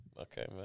Okay